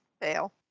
Fail